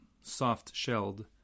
soft-shelled